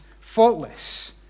faultless